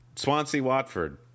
Swansea-Watford